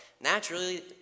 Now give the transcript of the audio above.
naturally